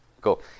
Cool